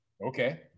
Okay